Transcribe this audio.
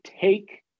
take